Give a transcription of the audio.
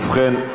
ובכן,